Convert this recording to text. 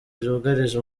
byugarije